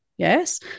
Yes